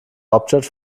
hauptstadt